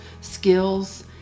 skills